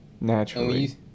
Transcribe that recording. naturally